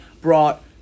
brought